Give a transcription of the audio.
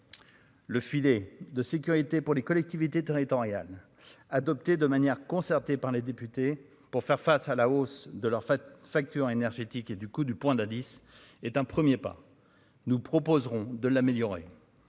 le filet de sécurité pour les collectivités territoriales adoptée de manière concertée par les députés pour faire face à la hausse de leur facture énergétique et du coup du point d'indice est un 1er pas nous proposerons de l'améliorer